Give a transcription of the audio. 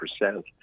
percent